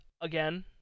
again